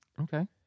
Okay